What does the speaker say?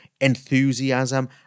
enthusiasm